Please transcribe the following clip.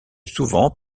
souvent